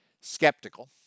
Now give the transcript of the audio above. skeptical